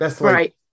Right